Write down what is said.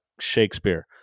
Shakespeare